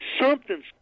something's